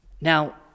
Now